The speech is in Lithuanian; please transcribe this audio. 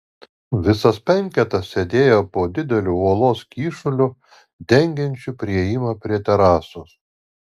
visas penketas sėdėjo po dideliu uolos kyšuliu dengiančiu priėjimą prie terasos